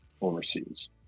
Overseas